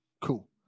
cool